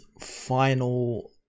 final